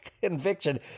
conviction